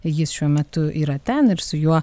jis šiuo metu yra ten ir su juo